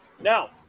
Now